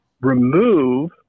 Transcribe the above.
remove